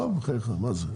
עזוב, בחייך, מה זה?